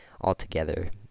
altogether